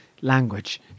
language